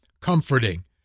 comforting